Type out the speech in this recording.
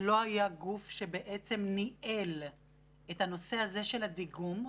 לא היה גוף שבעצם ניהל את הנושא הזה של הדיגום.